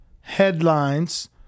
headlines